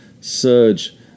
surge